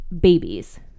babies